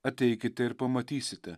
ateikite ir pamatysite